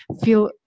feel